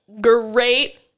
Great